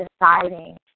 deciding